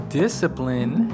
discipline